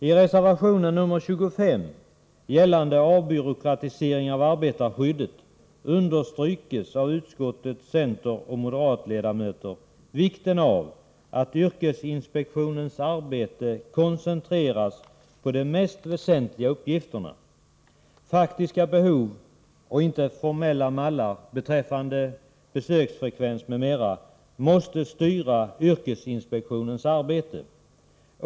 I reservation nr 25, gällande avbyråkratisering av arbetarskyddet, betonar utskottets centeroch moderatledamöter vikten av att yrkesinspektionens arbete koncentreras på de mest väsentliga uppgifterna. Faktiska behov och inte formella mallar beträffande besöksfrekvens m.m. måste styra yrkesinspektionens arbete.